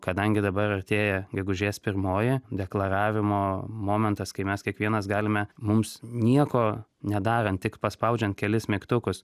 kadangi dabar artėja gegužės pirmoji deklaravimo momentas kai mes kiekvienas galime mums nieko nedarant tik paspaudžiant kelis mygtukus